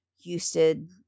Houston